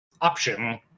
option